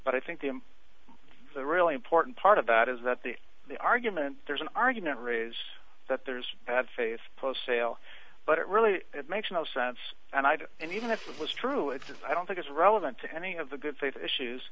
but i think the the really important part of that is that the the argument there's an argument raise that there's bad faith post sale but it really makes no sense and i don't and even if it was true it says i don't think it's relevant to any of the good faith issues